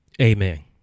amen